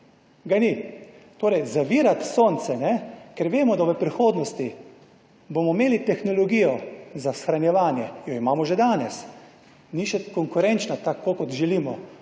Ga ni. Torej zavirati sonce, ker vemo, da v prihodnosti bomo imeli tehnologijo za shranjevanje, jo imamo že danes. Ni še konkurenčna tako kot želimo